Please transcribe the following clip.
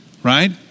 Right